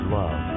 love